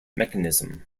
mechanism